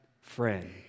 friend